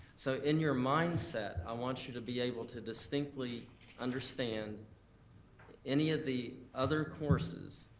so in your mindset i want you to be able to distinctly understand any of the other courses.